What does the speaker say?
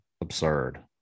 absurd